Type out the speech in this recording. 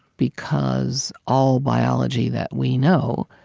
because all biology that we know,